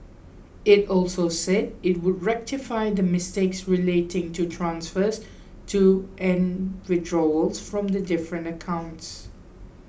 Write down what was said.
it also said it would rectify the mistakes relating to transfers to and withdrawals from the different accounts